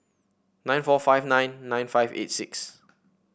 nine four five nine nine five eight six